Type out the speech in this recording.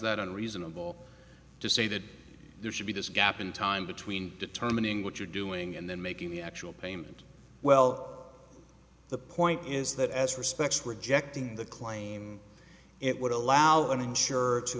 that a reasonable to say that there should be disguised time between determining what you're doing and then making the actual payment well the point is that as respects rejecting the claim it would allow an insurer to